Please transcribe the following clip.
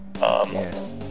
yes